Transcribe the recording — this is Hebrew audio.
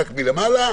רק מלמעלה